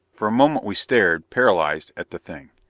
for a moment we stared, paralyzed, at the thing.